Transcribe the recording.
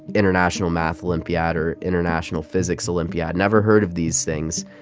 international math olympiad or international physics olympiad. never heard of these things.